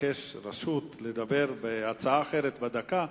מבקש רשות לדבר בהצעה אחרת בדקה,